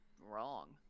wrong